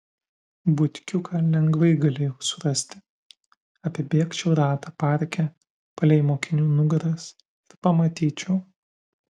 butkiuką lengvai galėjau surasti apibėgčiau ratą parke palei mokinių nugaras ir pamatyčiau